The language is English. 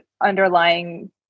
underlying